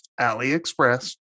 AliExpress